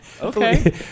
Okay